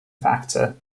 factor